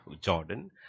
Jordan